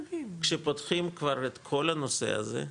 כשפותחים כבר את כל הנושא הזה,